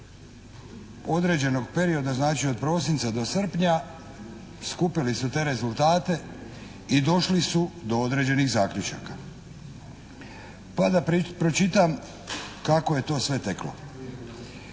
određenog perioda znači od prosinca do srpnja skupili su te rezultate i došli su do određenih zaključaka, pa da pročitam kako je to sve teklo.